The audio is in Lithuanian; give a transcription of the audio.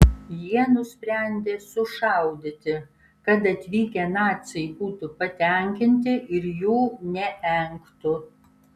jie nusprendė sušaudyti kad atvykę naciai būtų patenkinti ir jų neengtų